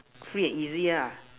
free and easy ah